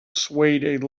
swayed